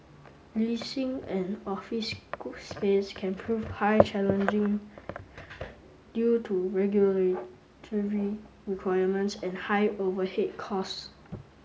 leasing an office school space can prove high challenging due to regulatory requirements and high overhead costs